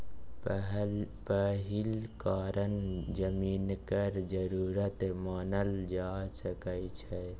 पहिल कारण जमीनक जरूरत मानल जा सकइ छै